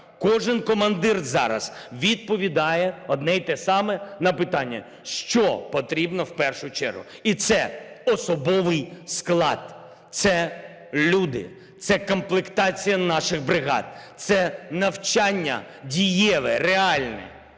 Кожен командир зараз відповідає одне й те саме на питання, що потрібно в першу чергу. І це особовий склад, це люди, це комплектація наших бригад, це навчання дієве, реальне